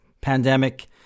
pandemic